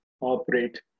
operate